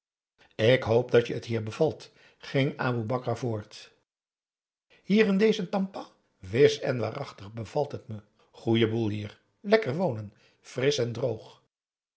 ik hoop dat het je hier bevalt ging aboe bakar voort hier in deze tampat wis en waarachtig bevalt het me goeie boel hier lekker wonen frisch en droog